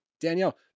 Danielle